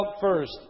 first